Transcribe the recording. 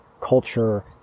culture